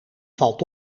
valt